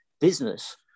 business